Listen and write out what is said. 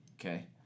Okay